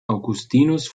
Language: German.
augustinus